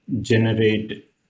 generate